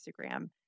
Instagram